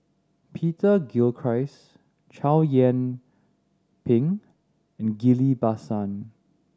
Peter Gilchrist Chow Yian Ping and Ghillie Basan